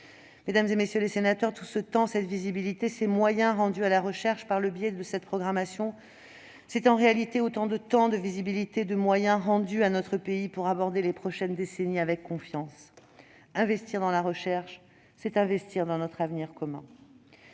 Mesdames, messieurs les sénateurs, tout ce temps, cette visibilité, ces moyens rendus à la recherche par le biais de cette programmation, c'est, en réalité, autant de temps, de visibilité et de moyens rendus à notre pays pour aborder les prochaines décennies avec confiance. Investir dans la recherche, c'est investir dans notre avenir commun.